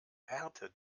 härte